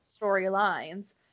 storylines